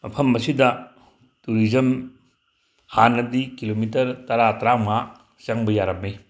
ꯃꯐꯝ ꯑꯁꯤꯗ ꯇꯨꯔꯤꯖꯝ ꯍꯥꯟꯅꯗꯤ ꯀꯤꯂꯣꯃꯤꯇꯔ ꯇꯔꯥ ꯇꯔꯥꯃꯉꯥ ꯆꯪꯕ ꯌꯥꯔꯝꯃꯤ